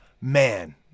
man